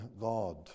God